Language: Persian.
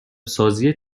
سازی